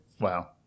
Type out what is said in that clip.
Wow